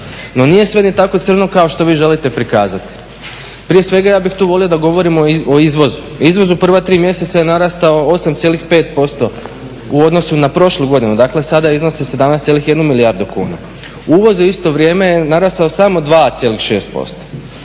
No nije sve ni tako crno kao što vi želite prikazati. Prije svega ja bih tu volio da govorimo o izvozu. Izvoz u prva 3 mjeseca ja narastao 8,5% u odnosu na prošlu godinu, dakle sada iznosi 17,1 milijardu kuna. Uvoz je u isto vrijeme narastao samo 2,6%.